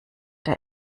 der